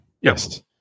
Yes